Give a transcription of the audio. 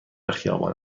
خیابان